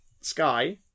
Sky